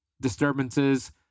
disturbances